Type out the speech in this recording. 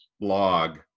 blog